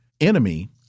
enemy